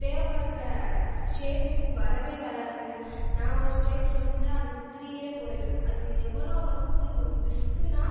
தேவைப்படுற ஷேப்புக்கு வரவே வராதுங்க நான் ஒரு ஷேப் செஞ்சால் அது உதிரியா போயிடும் அது எவ்வளோ வந்து ஒரு ரிஸ்க்குனால்